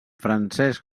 francesc